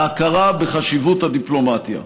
ההכרה בחשיבות הדיפלומטיה.